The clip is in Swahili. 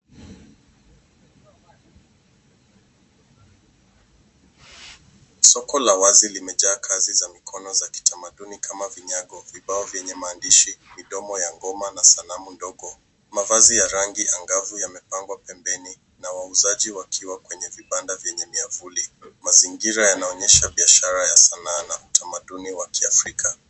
Soko la wazi limejaa kazi za mikono za kitamaduni kama vinyago, vibao vyenye maandishi, midomo ya ngoma na sanamu ndogo. Mavazi ya rangi angavu yamepangwa pembeni na wauzaji wakiwa kwenye vibanda vyenye miavuli. Mazingira yanaonyesha biashara ya sanaa na utamaduni wa Kiafrika.